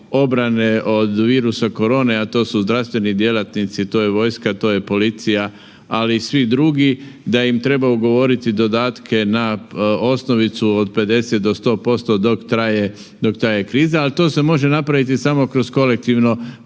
obrane od virusa korone, a to su zdravstveni djelatnici, to je vojska, to je policija, ali i svi drugi, da im treba ugovoriti dodatke na osnovicu od 50 do 100% dok traje, dok traje kriza, al to se može napraviti samo kroz kolektivno